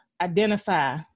identify